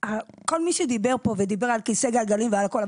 כל מי שדיבר פה ודיבר על כיסא גלגלים ועל הכול,